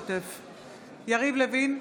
בהצבעה יריב לוין,